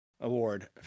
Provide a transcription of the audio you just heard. Award